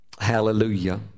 hallelujah